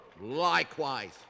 Likewise